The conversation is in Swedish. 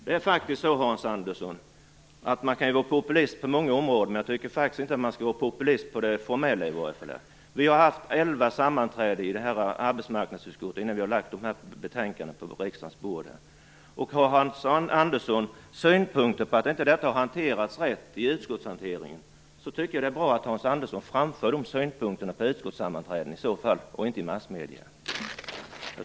Man kan vara populist på många områden, Hans Andersson, men jag tycker faktiskt inte att man skall vara populist när det gäller det formella. Vi har haft elva sammanträden i arbetsmarknadsutskottet innan vi lade fram det här betänkandet på riksdagens bord. Har Hans Andersson synpunkter på att utskottshanteringen inte varit den rätta tycker jag att det vore bra om han framförde dem på utskottets sammanträden och inte i massmedierna.